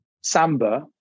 Samba